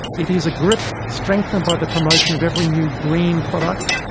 it is a grip strengthened by the promotion of every new green product,